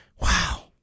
Wow